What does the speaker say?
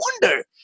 wonder